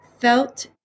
felt